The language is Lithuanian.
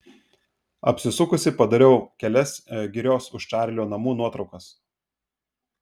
apsisukusi padariau kelias girios už čarlio namų nuotraukas